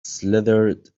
slithered